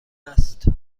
است